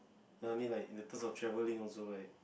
no I mean like in the terms of travelling also right